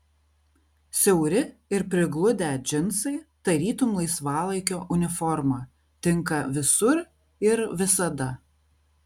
siauri ir prigludę džinsai tarytum laisvalaikio uniforma tinka visur ir visada